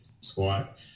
squat